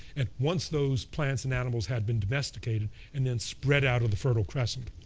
and once those plants and animals had been domesticated and then spread out of the fertile crescent,